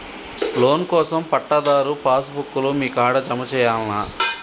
Loan కోసం పట్టాదారు passbook లు మీ కాడా జమ చేయల్నా?